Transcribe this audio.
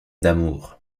d’amour